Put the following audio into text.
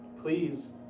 Please